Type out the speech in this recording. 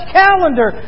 calendar